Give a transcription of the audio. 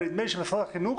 ונדמה לי שמשרד החינוך